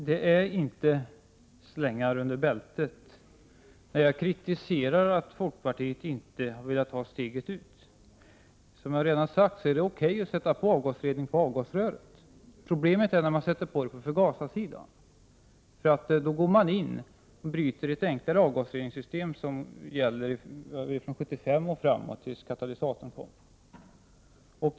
Fru talman! Det är inte slängar under bältet när jag kritiserar att | folkpartiet inte har velat ta steget ut. Som jag redan har sagt är det OK att sätta på avgasrening på avgasröret. Problemet är när man sätter in det på förgasarsidan, för då går man in och bryter ett enklare avgasreningssystem som gällde från 1975 och framåt tills katalysatorn kom.